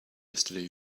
yesterday